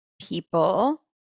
people